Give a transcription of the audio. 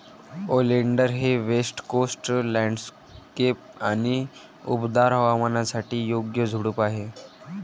oleander हे west coast landscape आणि उबदार हवामानासाठी योग्य झुडूप आहे